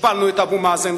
שהשפלנו את אבו מאזן,